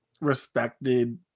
respected